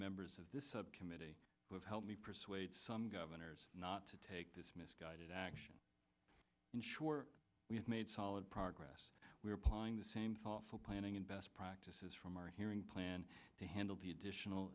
members of this subcommittee who have helped me persuade some governors not to take this misguided action ensure we have made solid progress we are applying the same thoughtful planning and best practices from our hearing plan to handle the additional